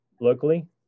locally